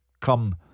Come